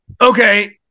Okay